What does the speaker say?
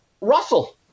Russell